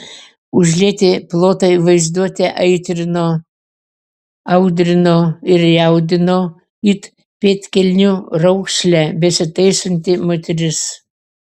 užlieti plotai vaizduotę aitrino audrino ir jaudino it pėdkelnių raukšlę besitaisanti moteris